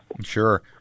Sure